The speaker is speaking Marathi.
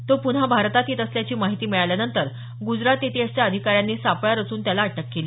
तो पुन्हा भारतात येत असल्याची माहिती मिळाल्यानंतर गुजरात एटीएसच्या अधिकाऱ्यांनी सापळा रचून त्याला अटक केली